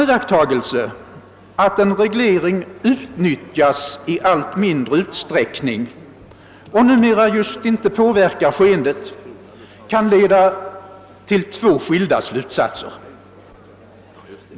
Jakttagelsen att en reglering utnyttjas i allt mindre utsträckning och numera just inte påverkar skeendet kan leda till två skilda slutsatser.